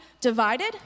divided